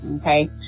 Okay